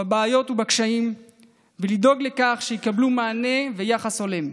בבעיות ובקשיים ולדאוג לכך שיקבלו מענה ויחס הולם.